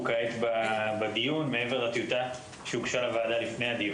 כעת בדיון מעבר לטיוטה שהוגשה לוועדה לפני הדיון.